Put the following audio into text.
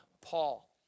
Paul